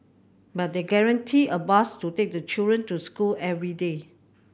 but they guaranteed a bus to take the children to school every day